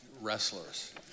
wrestlers